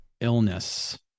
illness